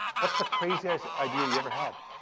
what's the craziest idea you ever had?